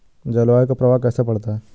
जलवायु का प्रभाव कैसे पड़ता है?